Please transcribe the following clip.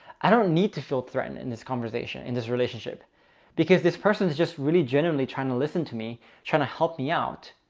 i don't need to feel threatened in this conversation, in this relationship because this person is just really genuinely trying to listen to me, trying to help me out,